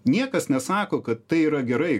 niekas nesako kad tai yra gerai